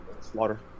Slaughter